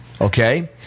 Okay